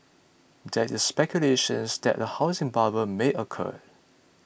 there is speculations that a housing bubble may occur